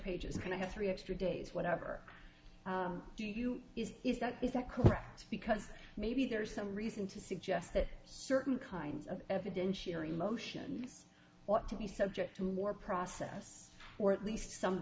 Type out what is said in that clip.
pages can i have three extra days whatever do you is is that is that correct because maybe there is some reason to suggest that certain kinds of evidentiary motions ought to be subject to more process or at least some